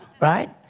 Right